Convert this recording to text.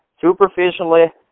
superficially